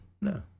No